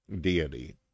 deity